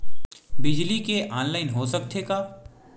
बिजली के ऑनलाइन हो सकथे का?